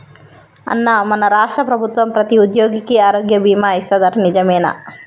అన్నా మన రాష్ట్ర ప్రభుత్వం ప్రతి ఉద్యోగికి ఆరోగ్య బీమా ఇస్తాదట నిజమేనా